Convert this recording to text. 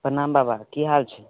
प्रणाम बाबा की हाल छै